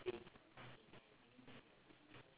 nothing lived past the the lifespan